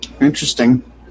Interesting